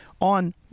on